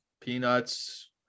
peanuts